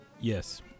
Yes